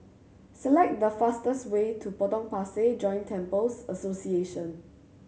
select the fastest way to Potong Pasir Joint Temples Association